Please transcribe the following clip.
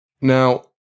now